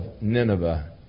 Nineveh